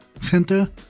center